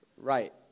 Right